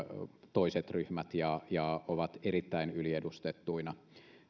toiset ryhmät ja ja ovat erittäin yliedustettuina